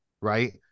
right